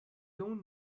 don’t